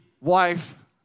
wife